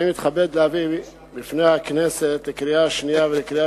אני מתכבד להביא בפני הכנסת לקריאה השנייה ולקריאה